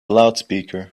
loudspeaker